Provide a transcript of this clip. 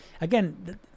again